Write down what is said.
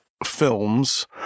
films